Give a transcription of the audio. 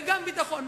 וגם ביטחון,